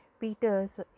Peters